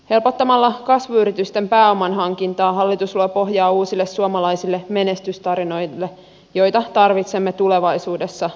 helpottamalla kasvuyritysten pääoman hankintaa hallitus luo pohjaa uusille suomalaisille menestystarinoille joita tarvitsemme tulevaisuudessa lisää